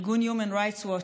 ארגון Human Rights Watch,